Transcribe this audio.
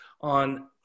on